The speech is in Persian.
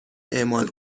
اعمال